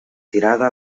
tirada